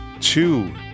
two